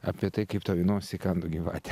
apie tai kaip tau į nosį įkando gyvatė